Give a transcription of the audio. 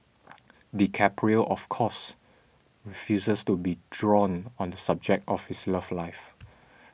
DiCaprio of course refuses to be drawn on the subject of his love life